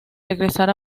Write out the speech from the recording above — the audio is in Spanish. regresar